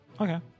Okay